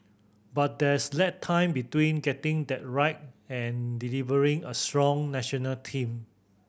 but there's lag time between getting that right and delivering a strong national team